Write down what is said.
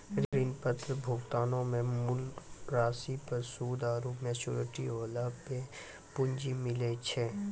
ऋण पत्र भुगतानो मे मूल राशि पर सूद आरु मेच्योरिटी होला पे पूंजी मिलै छै